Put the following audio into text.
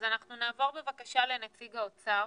אז אנחנו נעבור לנציג האוצר.